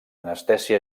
anestèsia